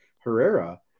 Herrera